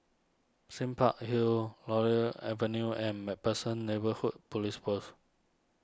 Sime Park Hill Laurel Avenue and MacPherson Neighbourhood Police Post